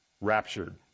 raptured